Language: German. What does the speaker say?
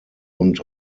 und